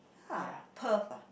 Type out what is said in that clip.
!huh! Perth ah